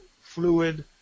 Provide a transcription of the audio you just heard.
fluid